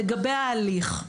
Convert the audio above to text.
לגבי ההליך,